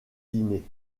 dîner